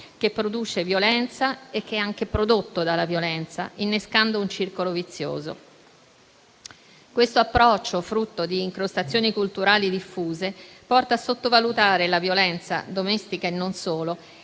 che produce violenza e che è anche prodotto dalla violenza, innescando un circolo vizioso. Questo approccio, frutto di incrostazioni culturali diffuse, porta a sottovalutare la violenza, domestica e non solo,